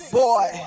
boy